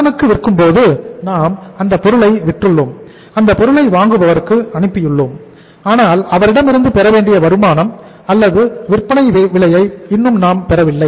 கடனுக்கு விற்கும்போது நாம் அந்த பொருளை விற்றுள்ளோம் அந்த பொருளை வாங்குபவருக்கு அனுப்பியுள்ளோம் ஆனால் அவரிடமிருந்து பெற வேண்டிய வருமானம் அல்லது விற்பனை விலையை இன்னும் நாம் பெறவில்லை